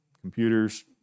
computers